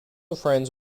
friends